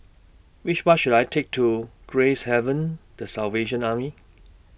Which Bus should I Take to Gracehaven The Salvation Army